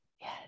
yes